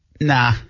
Nah